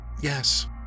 Yes